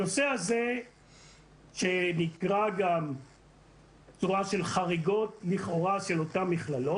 הנושא הזה שנקרא גם חריגות לכאורה של אותן מכללות,